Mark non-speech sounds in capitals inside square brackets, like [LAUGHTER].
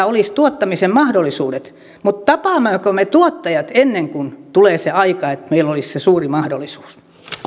[UNINTELLIGIBLE] olisi tuottamisen mahdollisuudet mutta tapammeko me tuottajat ennen kuin tulee se aika että meillä olisi se suuri mahdollisuus